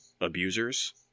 abusers